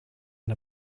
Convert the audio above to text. and